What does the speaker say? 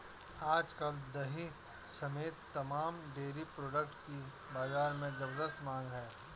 आज कल दही समेत तमाम डेरी प्रोडक्ट की बाजार में ज़बरदस्त मांग है